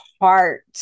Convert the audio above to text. heart